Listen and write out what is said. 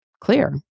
clear